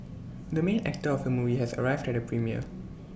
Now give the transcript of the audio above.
the main actor of the movie has arrived at the premiere